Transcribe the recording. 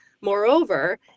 moreover